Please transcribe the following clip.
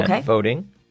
Voting